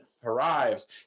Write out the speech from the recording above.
thrives